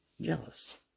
jealous